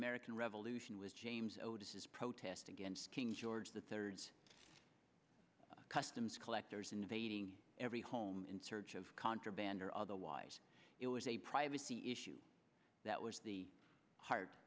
american revolution was james o disses protest against king george the third customs collectors invading every home in search of contraband or otherwise it was a privacy issue that was the heart